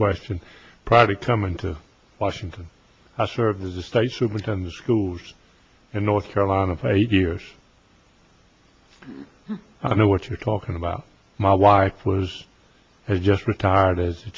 question probably coming to washington i served as a state superintendent schools in north carolina of eight years i know what you're talking about my wife was has just retired as a